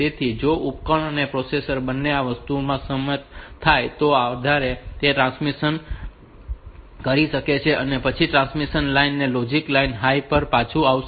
તેથી જો ઉપકરણ અને પ્રોસેસર બંને આ વસ્તુઓ પર સંમત થાય તો તેના આધારે તે ટ્રાન્સમિશન કરી શકે છે અને પછી ટ્રાન્સમિશન લાઇન લોજિક હાઇ પર પાછું આવશે